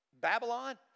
Babylon